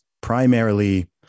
primarily